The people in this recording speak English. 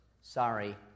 sorry